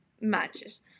matches